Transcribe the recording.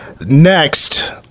Next